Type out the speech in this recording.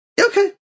Okay